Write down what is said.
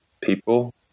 people